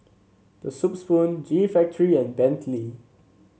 The Soup Spoon G Factory and Bentley